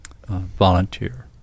Volunteer